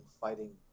fighting